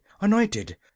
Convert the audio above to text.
anointed